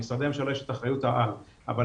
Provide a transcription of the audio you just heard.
למשרדי הממשלה יש את האחריות העל - אבל